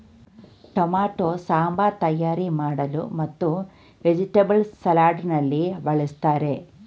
tomato sambar ತಯಾರಿ ಮಾಡಲು ಮತ್ತು ವೆಜಿಟೇಬಲ್ಸ್ ಸಲಾಡ್ ನಲ್ಲಿ ಬಳ್ಸತ್ತರೆ